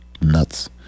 nuts